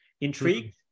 intrigued